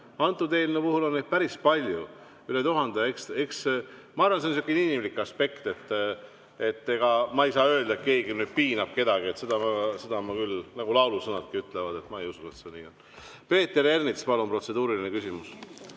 selle eelnõu puhul on neid päris palju, üle tuhande. Ma arvan, et see on sihuke inimlik aspekt. Ma ei saa öelda, et keegi piinab kedagi. Seda ma küll, nagu laulusõnadki ütlevad, ei usu, et see nii on. Peeter Ernits, palun, protseduuriline küsimus!